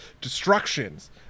destructions